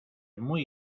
muy